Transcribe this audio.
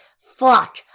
Fuck